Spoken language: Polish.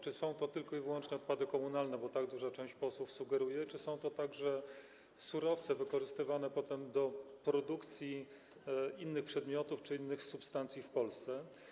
Czy są to tylko i wyłącznie odpady komunalne - bo tak duża część posłów sugeruje - czy są to także surowce wykorzystywane potem do produkcji innych przedmiotów czy innych substancji w Polsce?